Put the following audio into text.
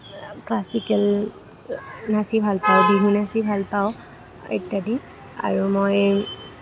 classical নাচি ভাল পাওঁ বিহু নাচি ভাল পাওঁ ইত্যাদি আৰু মই